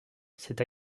cette